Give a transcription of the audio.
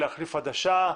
להחליף עדשה,